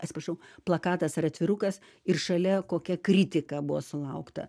atsiprašau plakatas ar atvirukas ir šalia kokia kritika buvo sulaukta